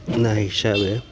ના હિસાબે